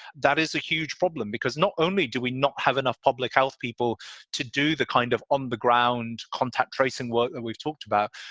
that is a huge problem because not only do we not have enough public health people to do the kind of on the ground contact tracing work we've talked about,